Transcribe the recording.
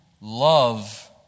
love